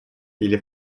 или